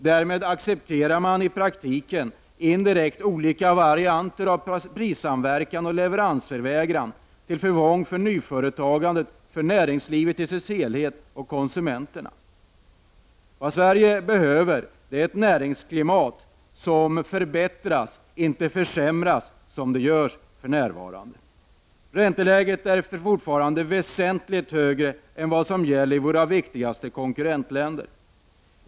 Därmed accepterar man i praktiken indirekt olika varianter av prissamverkan och leveransvägran, till förfång för nyföretagandet, näringslivet i dess helhet och konsumenterna. Vad Sverige nu behöver är ett näringsklimat som förbättras och inte försämras, som det gör för närvarande. Ränteläget är fortfarande väsentligt högre än vad som gäller i våra viktigaste konkurrentländer.